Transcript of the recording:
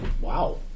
Wow